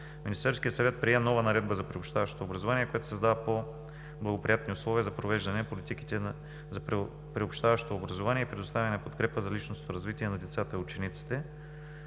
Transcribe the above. Министерският съвет прие нова наредба за приобщаващото образование, която създава по-благоприятни условия за провеждане политиките за приобщаващо образование и предоставяне подкрепа за личностното развитие на децата и учениците